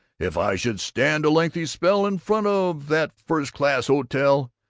if i should stand a lengthy spell in front of that first-class hotel,